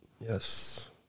Yes